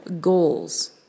goals